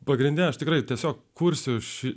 pagrinde aš tikrai tiesiog kursiu ši